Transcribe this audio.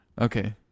Okay